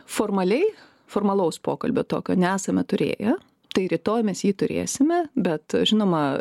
formaliai formalaus pokalbio tokio nesame turėję tai rytoj mes jį turėsime bet žinoma